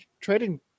trading